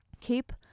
Keep